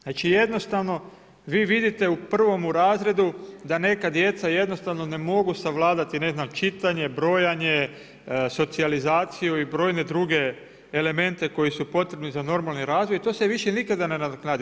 Znači jednostavno vi vidite u 1. razredu da neka djeca jednostavno ne mogu savladati ne znam čitanje, brojanje, socijalizaciju i brojne druge elemente koji su potrebni za normalni razvoj i to se više nikada ne nadoknadi.